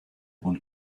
und